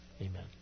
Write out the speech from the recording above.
Amen